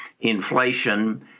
inflation